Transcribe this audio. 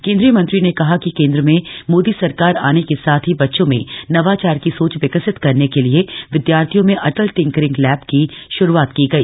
केंद्रीय मंत्री ने कहा कि केन्द्र में मोदी सरकार आने के साथ ही बच्चों में नवाचार की सोच विकसित करने के लिए विद्यालयों में अटल टिंकरिंग लैब की श्रूआत की गई